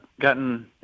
gotten